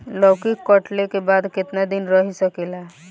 लौकी कटले के बाद केतना दिन रही सकेला?